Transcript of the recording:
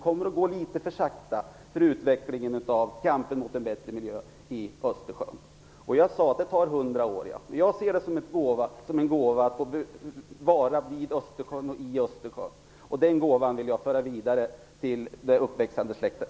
Kampen för en bättre miljö i Östersjön kommer att gå litet för sakta. Jag sade att det tar hundra år att återställa Östersjön. Men jag ser det som en gåva att få vara vid Östersjön och i Östersjön. Den gåvan vill jag föra vidare till det uppväxande släktet.